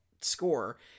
score